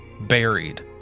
buried